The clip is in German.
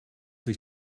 sich